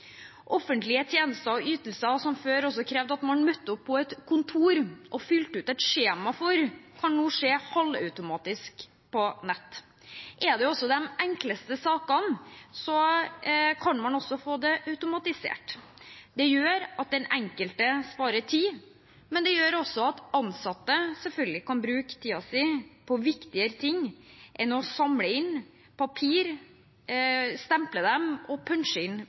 Offentlige tjenester og ytelser som før krevde at man møtte opp på et kontor og fylte ut et skjema, kan nå skje halvautomatisk på nett. Når det gjelder de enkleste sakene, kan man også få dem automatisert. Det gjør at den enkelte sparer tid, og det gjør selvfølgelig også at ansatte kan bruke tiden sin på viktigere ting enn å samle inn papir, stemple dem og